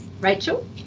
Rachel